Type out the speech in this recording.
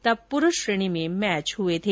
तब पुरूष श्रेणी में मैच हुए थे